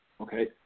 okay